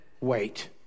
wait